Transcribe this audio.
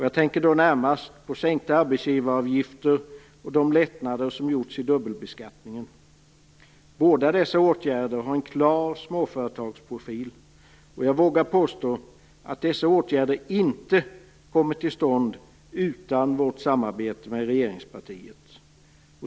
Jag tänker då närmast på sänkta arbetsgivaravgifter och de lättnader som har gjorts i dubbelbeskattningen. Båda dessa åtgärder har en klar småföretagsprofil. Och jag vågar påstå att dessa åtgärder inte hade kommit till stånd utan vårt samarbete med regeringspartiet.